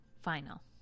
Final